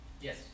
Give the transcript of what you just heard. Yes